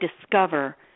discover